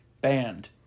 Banned